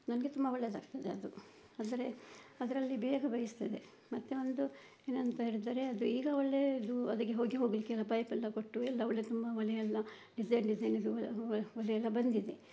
ನನಗೆ ತುಂಬ ಒಳ್ಳೆಯದಾಗ್ತದೆ ಅದು ಆದರೆ ಅದರಲ್ಲಿ ಬೇಗ ಬೇಯಿಸ್ತದೆ ಮತ್ತೆ ಒಂದು ಏನಂತ ಹೇಳಿದರೆ ಅದು ಈಗ ಒಳ್ಳೆಯದು ಅದಕ್ಕೆ ಹೊಗೆ ಹೋಗಲಿಕ್ಕೆಲ್ಲ ಪೈಪ್ ಎಲ್ಲ ಕೊಟ್ಟು ಎಲ್ಲ ಒಳ್ಳೆ ತುಂಬ ಮನೆಯೆಲ್ಲ ಡಿಸೈನ್ ಡಿಸೈನಿದು ಎಲ್ಲ ಒಲೆಯೆಲ್ಲ ಬಂದಿದೆ